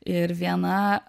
ir viena